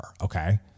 okay